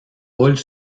roulent